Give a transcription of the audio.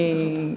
אני,